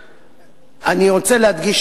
אני רוצה להדגיש